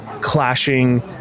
clashing